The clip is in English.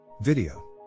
video